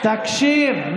תקשיב,